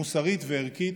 מוסרית וערכית,